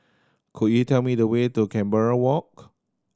could you tell me the way to Canberra Walk